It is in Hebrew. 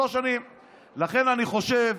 לכן אני חושב,